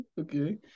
Okay